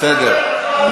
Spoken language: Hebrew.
בסדר.